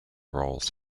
roles